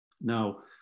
Now